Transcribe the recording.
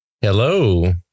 Hello